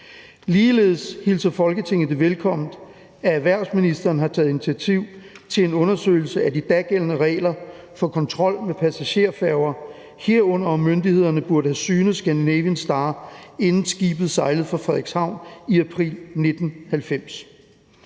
Ligeledes hilser Folketinget det velkommen, at erhvervsministeren har taget initiativ til en undersøgelse af de dagældende regler for kontrol med passagerfærger, herunder om myndighederne burde have synet »Skandinavien Star«, inden skibet sejlede fra Frederikshavn i april 1990.